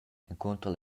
encunter